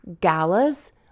galas